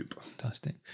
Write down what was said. Fantastic